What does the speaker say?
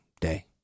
Day